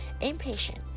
impatient